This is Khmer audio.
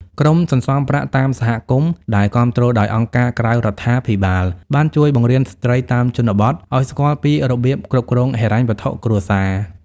ក្រុមសន្សំប្រាក់តាមសហគមន៍ ដែលគាំទ្រដោយអង្គការក្រៅរដ្ឋាភិបាល បានជួយបង្រៀនស្ត្រីតាមជនបទឱ្យស្គាល់ពីរបៀបគ្រប់គ្រងហិរញ្ញវត្ថុគ្រួសារ។